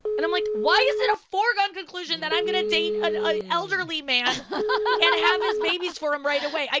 and i'm like, why is it a foregone conclusion that i'm going to date an elderly man and have his babies for him right away?